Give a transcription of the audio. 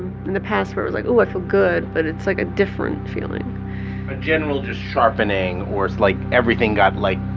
in the past, where it was, like, oh, i feel good. but it's, like, a different feeling a general just sharpening or it's like everything got, like,